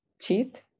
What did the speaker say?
cheat